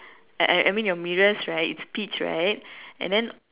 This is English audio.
I I I mean your mirrors right it's peach right and then